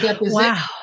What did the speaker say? Wow